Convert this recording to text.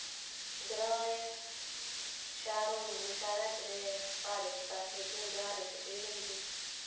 ग्रां ऐ शैह्र हों शैह्रें च ते हर इक फैसिलिटी होंदी हर इक चीज होंदी